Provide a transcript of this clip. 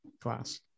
class